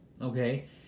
Okay